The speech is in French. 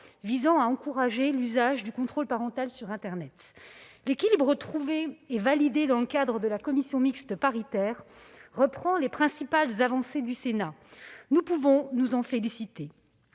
visant à encourager l'usage du contrôle parental sur internet. L'équilibre trouvé et validé dans le cadre de la commission mixte paritaire reprend les principales avancées du Sénat : nous pouvons nous en féliciter.